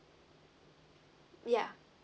yeah